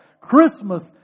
Christmas